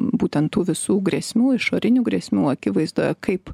būtent tų visų grėsmių išorinių grėsmių akivaizdoje kaip